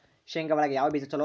ಶೇಂಗಾ ಒಳಗ ಯಾವ ಬೇಜ ಛಲೋ?